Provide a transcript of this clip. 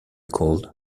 called